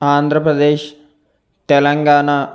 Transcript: Andhra Pradesh Telangana